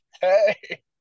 hey